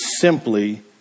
simply